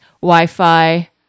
Wi-Fi